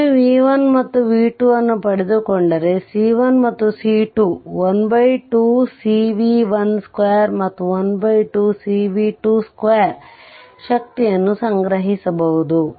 ಒಮ್ಮೆ v 1 ಮತ್ತು v 2 ಅನ್ನು ಪಡೆದುಕೊಂಡರೆ c 1 ಮತ್ತು c 2 12 c v1 2 ಮತ್ತು 12 cv22 ಶಕ್ತಿಯನ್ನು ಸಂಗ್ರಹಿಸಬಹುದು